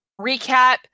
recap